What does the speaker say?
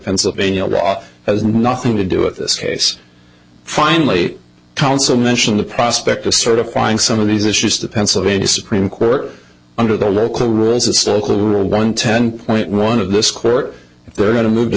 pennsylvania law has nothing to do with this case finally counsel mentioned the prospect of certifying some of these issues to pennsylvania supreme court under the local rules historical rule one ten point one of this court if they're going to move to